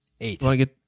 Eight